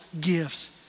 gifts